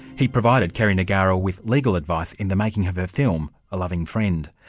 he provided kerry negara with legal advice in the making of her film a loving friend.